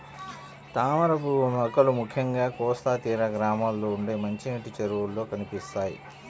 తామరపువ్వు మొక్కలు ముఖ్యంగా కోస్తా తీర గ్రామాల్లో ఉండే మంచినీటి చెరువుల్లో కనిపిస్తాయి